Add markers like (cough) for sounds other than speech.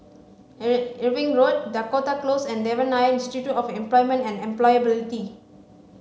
(unintelligible) Irving Road Dakota Close and Devan Nair Institute of Employment and Employability